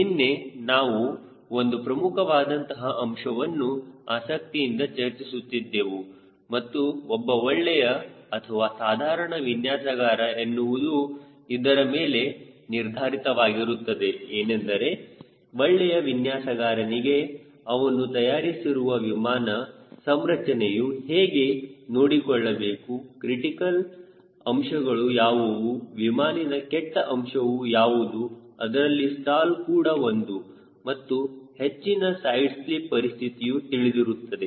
ನಿನ್ನೆ ನಾವು ಒಂದು ಪ್ರಮುಖವಾದಂತಹ ಅಂಶವನ್ನು ಆಸಕ್ತಿಯಿಂದ ಚರ್ಚಿಸುತ್ತಿದ್ದೆವು ಮತ್ತು ಒಬ್ಬ ಒಳ್ಳೆಯ ಅಥವಾ ಸಾಧಾರಣ ವಿನ್ಯಾಸಗಾರ ಎನ್ನುವುದು ಇದರ ಮೇಲೆ ನಿರ್ಧಾರಿತವಾಗಿರುತ್ತದೆ ಏನೆಂದರೆ ಒಳ್ಳೆಯ ವಿನ್ಯಾಸಗಾರನಿಗೆ ಅವನು ತಯಾರಿಸಿರುವ ವಿಮಾನ ಸಂರಚನೆಯು ಹೇಗೆ ನೋಡಿಕೊಳ್ಳಬೇಕು ಕ್ರಿಟಿಕಲ್ ಅಂಶಗಳು ಯಾವುವು ವಿಮಾನಿನ ಕೆಟ್ಟ ಅಂಶ ಯಾವುದು ಅದರಲ್ಲಿ ಸ್ಟಾಲ್ ಕೂಡ ಒಂದು ಮತ್ತು ಹೆಚ್ಚಿನ ಸೈಡ್ ಸ್ಲಿಪ್ ಪರಿಸ್ಥಿತಿಯು ತಿಳಿದಿರುತ್ತದೆ